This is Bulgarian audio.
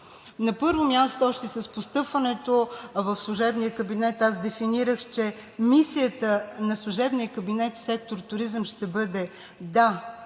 На първо място, още с постъпването в служебния кабинет аз дефинирах, че мисията на служебния кабинет в сектор „Туризъм“ ще бъде – да,